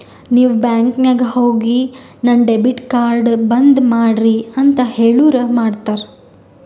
ನೀವ್ ಬ್ಯಾಂಕ್ ನಾಗ್ ಹೋಗಿ ನನ್ ಡೆಬಿಟ್ ಕಾರ್ಡ್ ಬಂದ್ ಮಾಡ್ರಿ ಅಂತ್ ಹೇಳುರ್ ಮಾಡ್ತಾರ